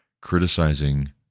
criticizing